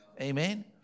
Amen